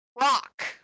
Rock